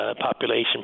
population